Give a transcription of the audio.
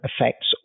affects